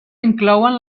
inclouen